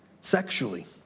sexually